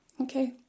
okay